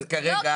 לתת כרגע --- לא,